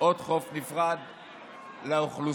עוד חוף נפרד לאוכלוסייה.